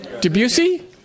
Debussy